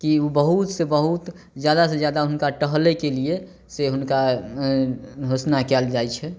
कि ओ बहुत से बहुत जादा से जादा हुनका टहलै के लिए से हुनका घोषणा कईल जाइ छै